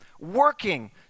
working